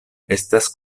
estas